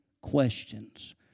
questions